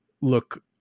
look